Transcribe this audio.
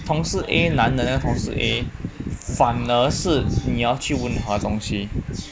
同事 A 男的那个同事 A 反而是你要去问他东西